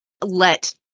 let